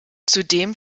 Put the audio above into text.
zudem